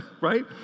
right